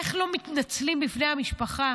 איך לא מתנצלים בפני המשפחה?